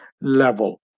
level